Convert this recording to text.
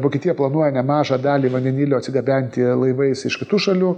vokietija planuoja nemažą dalį vandenilio atsigabenti laivais iš kitų šalių